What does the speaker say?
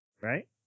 right